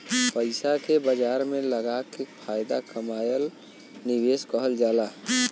पइसा के बाजार में लगाके फायदा कमाएल निवेश कहल जाला